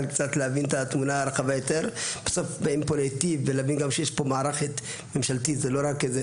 הנימוק השני הוא פגיעה בעולם הרבני שמהווה אפליה.